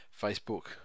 Facebook